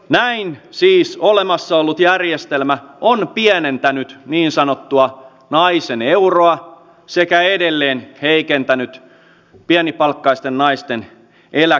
näin siis olemassa ollut järjestelmä on pienentänyt niin sanottua naisen euroa sekä edelleen heikentänyt pienipalkkaisten naisten eläkekertymää